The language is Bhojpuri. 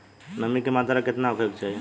नमी के मात्रा केतना होखे के चाही?